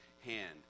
hand